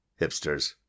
Hipsters